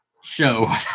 show